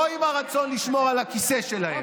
לא עם הרצון לשמור על הכיסא שלהם,